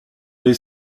les